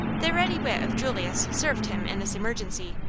the ready wit of julius served him in this emergency.